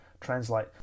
translate